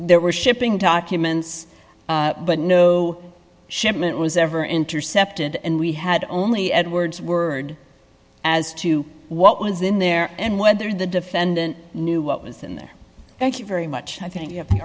there were shipping documents but no shipment was ever intercepted and we had only edwards word as to what was in there and whether the defendant knew what was in there thank you very much i think